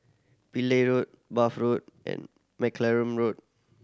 Pillai Road Bath Road and Mccallum Road